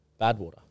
Badwater